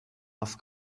off